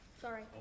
sorry